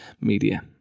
media